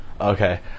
Okay